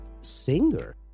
singer